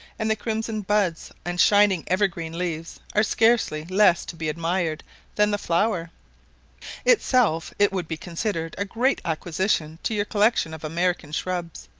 and the crimson buds and shining ever-green leaves are scarcely less to be admired than the flower itself it would be considered a great acquisition to your collection of american shrubs,